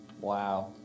Wow